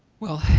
well,